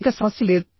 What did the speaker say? ఇక సమస్య లేదు